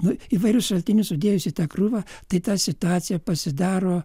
nu įvairius šaltinius sudėjus į tą krūvą tai ta situacija pasidaro